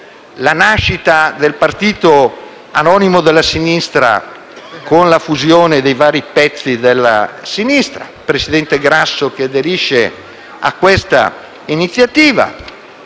la nascita del partito anonimo della sinistra, con la fusione dei vari pezzi della sinistra; il presidente Grasso che aderisce a questa iniziativa;